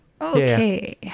Okay